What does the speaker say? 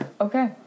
Okay